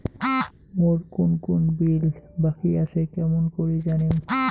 মোর কুন কুন বিল বাকি আসে কেমন করি জানিম?